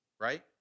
Right